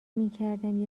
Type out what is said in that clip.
میکردم